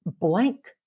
blank